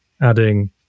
adding